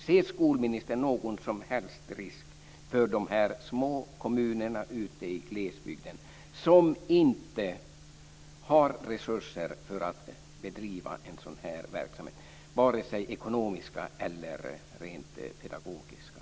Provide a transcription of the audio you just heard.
Ser skolministern någon som helst risk för de små kommunerna ute i glesbygden som inte har resurser att bedriva en sådan här verksamhet, vare sig ekonomiska eller rent pedagogiska?